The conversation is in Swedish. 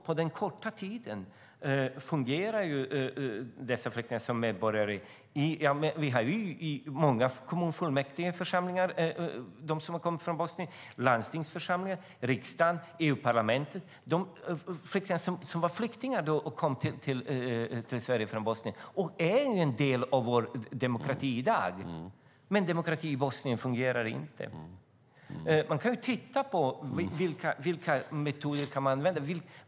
På den korta tiden har dessa flyktingar blivit fungerande medborgare. I många kommunfullmäktigeförsamlingar och landstingsförsamlingar har vi sådana som har kommit från Bosnien, liksom i riksdagen och i EU-parlamentet. De som kom som flyktingar till Sverige från Bosnien är i dag en del av vår demokrati. Men demokratin i Bosnien fungerar inte. Man kan titta på vilka metoder man kan använda.